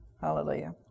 Hallelujah